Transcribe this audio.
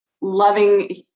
loving